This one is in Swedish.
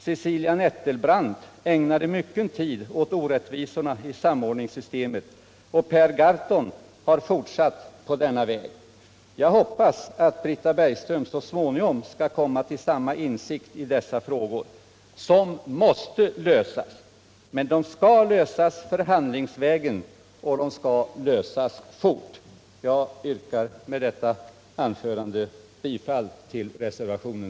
Cecilia Nettelbrandt ägnade också mycken tid åt orättvisorna Samordningen av i samordningssystemet, och Per Gahrton har fortsatt på denna väg. Jag = offentliganställdas hoppas att Britta Bergström så småningom skall komma till samma insikt = tjänstepension med i dessa frågor, som måste lösas. Men de skall lösas förhandlingsvägen, ATP och de skall lösas fort. Jag yrkar med det sagda bifall till reservationen.